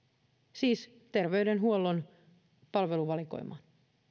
siis terveydenhuollon palveluvalikoimaan